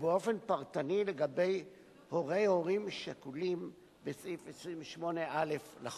ובאופן פרטני לגבי הורי הורים שכולים בסעיף 28א לחוק.